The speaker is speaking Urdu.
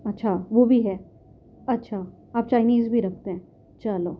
اچھا وہ بھی ہے اچھا آپ چائنیز بھی رکھتے ہیں چلو